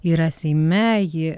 yra seime ji